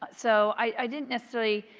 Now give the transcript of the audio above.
so i didn't necessarily,